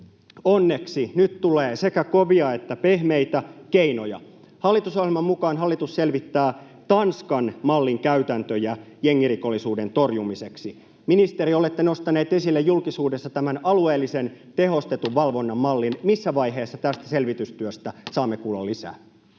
Onneksi nyt tulee sekä kovia että pehmeitä keinoja. Hallitusohjelman mukaan hallitus selvittää Tanskan-mallin käytäntöjä jengirikollisuuden torjumiseksi. Ministeri, olette nostanut esille julkisuudessa tämän alueellisen tehostetun valvonnan mallin. Missä vaiheessa tästä selvitystyöstä saamme kuulla lisää?